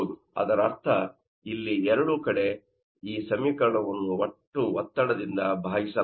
ಅದರರ್ಥ ಇಲ್ಲಿ ಎರಡೂ ಕಡೆ ಈ ಸಮೀಕರಣವನ್ನು ಒಟ್ಟು ಒತ್ತಡದಿಂದ ಭಾಗಿಸಲಾಗಿದೆ